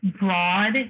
broad